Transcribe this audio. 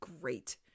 great